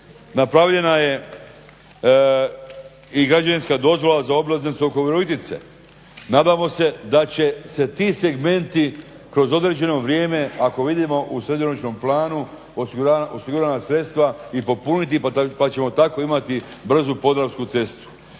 napravljena je i građevinska dozvola za obilaznicu oko Virovitice. Nadamo se da će se ti segmenti kroz određeno vrijeme ako vidimo u srednjoročnom planu osigurana sredstva i popuniti pa ćemo tako imati brzu podravsku cestu.